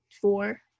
four